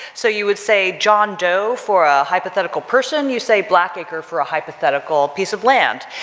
so you would say john doe for a hypothetical person, you say black acre for a hypothetical piece of land.